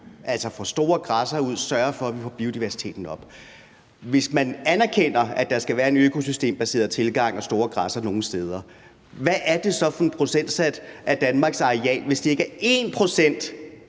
Altså, vi får store græssere ud og sørger for, at vi får biodiversiteten op. Hvis man anerkender, at der skal være en økosystembaseret tilgang og store græssere nogle steder, hvad er det så for en procentsats af Danmarks areal, hvis det ikke er 1 pct.